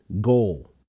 goal